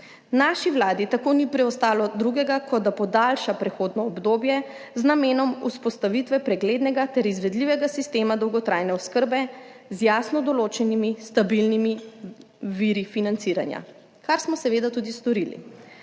Naši Vladi tako ni preostalo drugega, kot da podaljša prehodno obdobje z namenom vzpostavitve preglednega ter izvedljivega sistema dolgotrajne oskrbe z jasno določenimi stabilnimi viri financiranja, kar smo seveda tudi storili.